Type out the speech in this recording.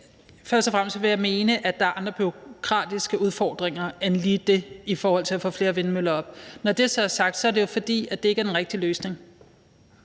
Først og fremmest vil jeg mene, at der er andre bureaukratiske udfordringer end lige det at få flere vindmøller op. Når det så er sagt, er det jo, fordi det ikke er den rigtige løsning,